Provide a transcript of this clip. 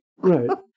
Right